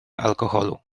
alkoholu